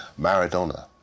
Maradona